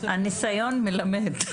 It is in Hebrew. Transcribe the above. הניסיון מלמד.